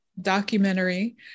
documentary